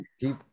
Keep